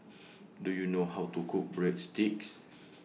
Do YOU know How to Cook Breadsticks